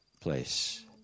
place